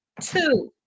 Two